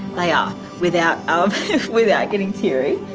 they are, without um without getting teary.